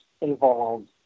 involved